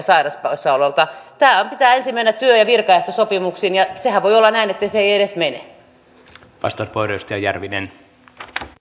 tämän pitää ensin mennä työ ja virkaehtosopimuksiin ja sehän voi olla näin ettei se edes mene